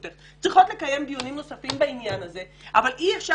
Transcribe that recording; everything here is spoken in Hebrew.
המדינה צריכות לקיים דיונים נוספים בעניין הזה אבל אי-אפשר